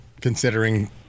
considering